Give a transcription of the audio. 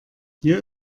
hier